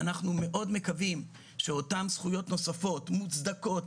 אנחנו מאוד מקווים שאותן זכויות נוספות מוצדקות,